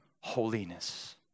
holiness